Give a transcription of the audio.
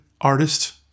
artist